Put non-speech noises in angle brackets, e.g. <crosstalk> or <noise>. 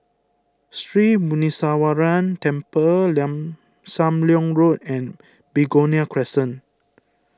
Sri Muneeswaran Temple <unintelligible> Sam Leong Road and Begonia Crescent